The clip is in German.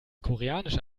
koreanische